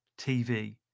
TV